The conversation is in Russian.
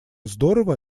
здорово